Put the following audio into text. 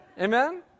Amen